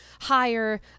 higher